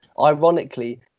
ironically